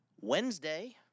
Wednesday